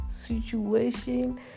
situation